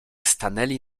stanęli